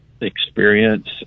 experience